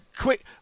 Quick